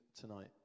tonight